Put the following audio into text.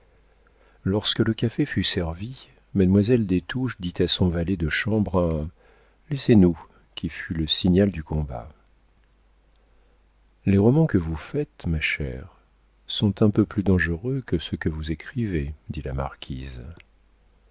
lorsque le café fut servi mademoiselle des touches dit à son valet de chambre un laissez-nous qui fut le signal du combat les romans que vous faites ma chère sont un peu plus dangereux que ceux que vous écrivez dit la marquise